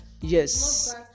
Yes